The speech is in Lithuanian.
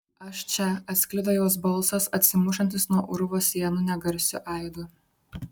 aš čia atsklido jos balsas atsimušantis nuo urvo sienų negarsiu aidu